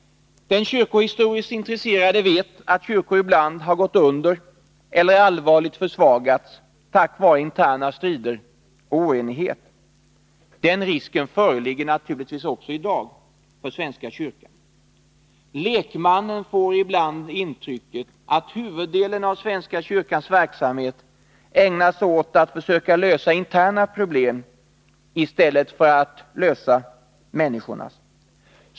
Den kyrkohistoriskt intresserade vet att kyrkor ibland har gått under eller allvarligt försvagats tack vare interna strider och oenighet. Den risken föreligger naturligtvis också i dag för svenska kyrkan. Lekmannen får ibland intrycket att huvuddelen av svenska kyrkans verksamhet ägnas åt att försöka lösa interna problem i stället för att lösa människornas problem.